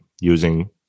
using